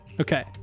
Okay